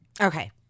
Okay